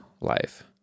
life